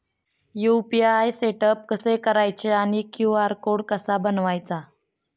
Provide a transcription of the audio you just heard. UPI setup कसे करायचे आणि क्यू.आर कोड कसा बनवायचा?